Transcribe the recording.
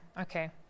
Okay